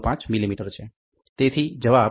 05 millimetre છે